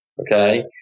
Okay